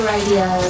Radio